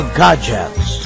gadgets